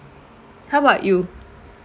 how about you